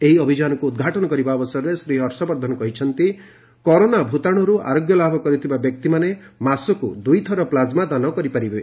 ଏହି ଅଭିଯାନକୁ ଉଦ୍ଘାଟନ କରିବା ଅବସରରେ ଶ୍ରୀ ହର୍ଷବର୍ଦ୍ଧନ କହିଛନ୍ତି କରୋନା ଭୂତାଣୁରୁ ଆରୋଗ୍ୟ ଲାଭ କରିଥିବା ବ୍ୟକ୍ତିମାନେ ମାସକୁ ଦୁଇଥର ପ୍ଲାଜମା ଦାନ କରିପାରିବେ